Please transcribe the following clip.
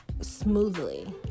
smoothly